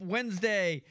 Wednesday